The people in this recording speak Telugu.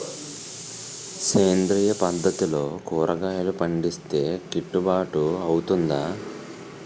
సేంద్రీయ పద్దతిలో కూరగాయలు పండిస్తే కిట్టుబాటు అవుతుందా?